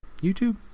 YouTube